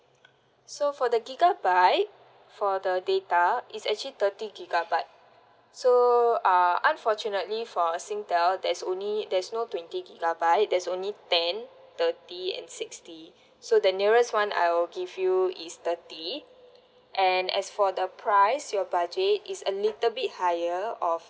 so for the gigabyte for the data is actually thirty gigabyte so uh unfortunately for singtel there's only there's no twenty gigabyte there's only ten thirty and sixty so the nearest [one] I will give you is thirty and as for the price your budget is a little bit higher of